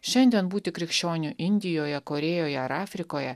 šiandien būti krikščioniu indijoje korėjoje ar afrikoje